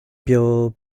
beo